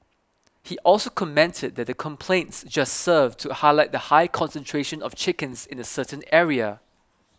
he also commented that the complaints just served to highlight the high concentration of chickens in a certain area